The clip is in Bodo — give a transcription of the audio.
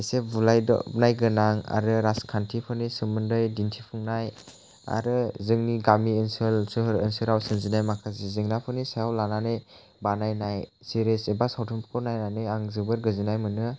एसे बुलायनाय गोनां आरो राजखान्थिफोरनि सोमोन्दै दिन्थिफुंनाय आरो जोंनि गामि ओनसोल सोहोराव सोमजिनाय जेंनाफोरनि सायाव लानानै बानायनाय सिरिस एबा सावथुनफोरखौ नायनानै आं जोबोद गोजोननाय मोनो